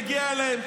מגיע להם,